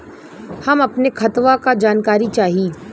हम अपने खतवा क जानकारी चाही?